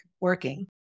working